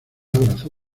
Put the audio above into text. abrazó